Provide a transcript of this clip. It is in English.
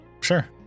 Sure